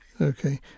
Okay